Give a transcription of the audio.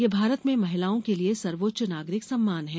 यह भारत में महिलाओं के लिए सर्वोच्च नागरिक सम्मान है